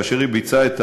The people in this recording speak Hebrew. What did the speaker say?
כאשר היא ביצעה את